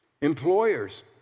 Employers